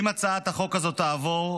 אם הצעת החוק הזו תעבור,